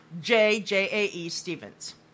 J-J-A-E-Stevens